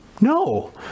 No